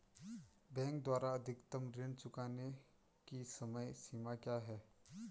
Bank द्वारा अधिकतम ऋण चुकाने की समय सीमा क्या है?